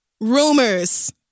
rumors